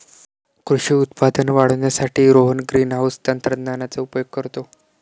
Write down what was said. कृषी उत्पादन वाढवण्यासाठी रोहन ग्रीनहाउस तंत्रज्ञानाचा उपयोग करतो